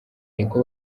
niko